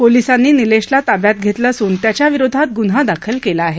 पोलिसानी निलेशला ताब्यात घेतले असून त्याच्या विरोधात गुन्हा दाखल केला आहे